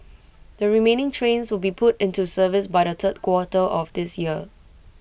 the remaining trains will be put into service by the third quarter of this year